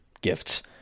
gifts